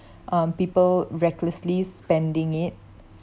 um people recklessly spending it